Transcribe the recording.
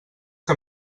que